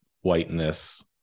whiteness